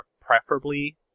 preferably